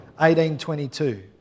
1822